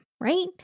right